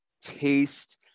taste